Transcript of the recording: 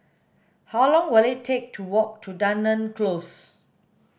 how long will it take to walk to Dunearn Close